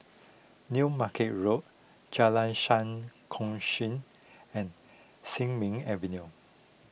New Market Road Jalan Sam Kongsi and Sin Ming Avenue